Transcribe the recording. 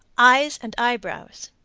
eyes and eyebrows.